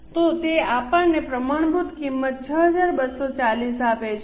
તો તે આપણને પ્રમાણભૂત કિંમત 6240 આપે છે